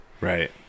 Right